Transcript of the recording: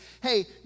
hey